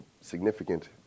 significant